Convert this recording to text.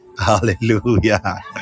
Hallelujah